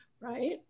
right